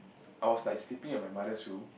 I was like sleeping at my mother's room